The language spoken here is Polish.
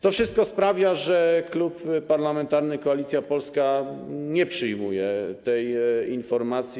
To wszystko sprawia, że Klub Parlamentarny Koalicja Polska nie przyjmuje tej informacji.